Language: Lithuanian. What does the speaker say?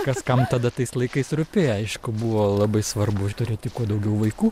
kas kam tada tais laikais rūpėjo aišku buvo labai svarbu turėti kuo daugiau vaikų